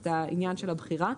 את העניין של הבחירה,